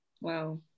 Wow